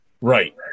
Right